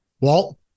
Walt